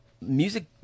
music